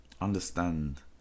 understand